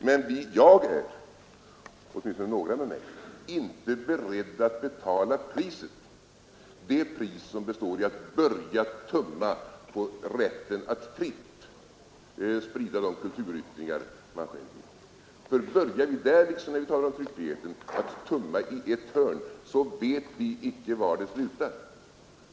Men jag — och åtminstone några med mig — är inte beredda att betala det pris som består i att börja tumma på rätten att fritt sprida de kulturyttringar man själv önskar föra ut. Ty börjar vi — liksom när det gäller tryckfriheten — att tumma på ett hörn av den rätten vet vi icke var det slutar.